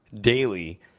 daily